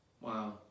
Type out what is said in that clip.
Wow